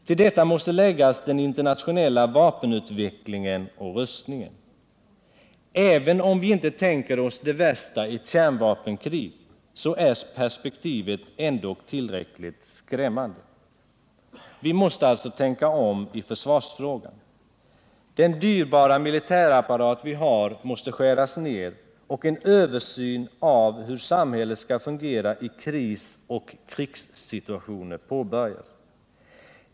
Till detta måste läggas den internationella vapenutvecklingen och rustningen. Även om vi inte tänker oss det värsta, ett kärnvapenkrig, så är perspektivet ändock tillräckligt skrämmande. Vi måste alltså tänka om i försvarsfrågan. Den dyrbara militärapparat vi har måste skäras ned och en översyn av hur samhället skall fungera i krisoch krigssituationer påbörjas.